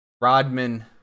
rodman